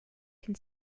can